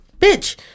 bitch